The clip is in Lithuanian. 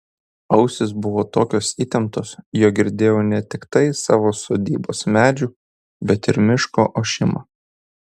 ausys buvo tokios įtemptos jog girdėjau ne tiktai savo sodybos medžių bet ir miško ošimą